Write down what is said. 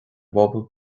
bpobal